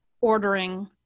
ordering